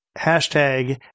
hashtag